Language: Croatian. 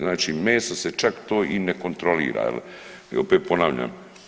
Znači meso se čak to i ne kontrolira, jer opet ponavljam.